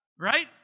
right